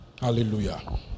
Hallelujah